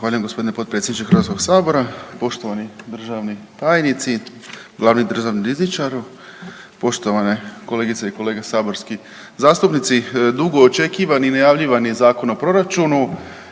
Zahvaljujem g. potpredsjedniče HS, poštovani državni tajnici, glavni državni rizničaru, poštovane kolegice i kolege saborski zastupnici. Dugo očekivani i najavljivani Zakon o proračunu,